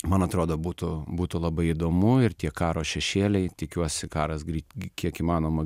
man atrodo būtų būtų labai įdomu ir tie karo šešėliai tikiuosi karas greit gi kiek įmanoma